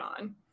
on